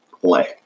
play